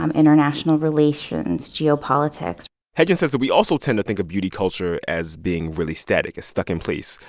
um international relations, geopolitics heijin says that we also tend to think of beauty culture as being really static, as stuck in place,